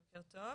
בוקר טוב.